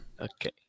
Okay